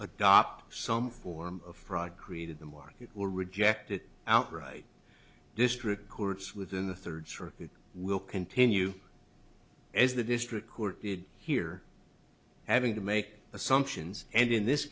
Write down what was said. adopt some form of fraud created the market will reject it outright district courts within the thirds or it will continue as the district court did here having to make assumptions and in this